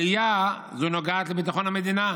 עלייה זו נוגעת לביטחון המדינה,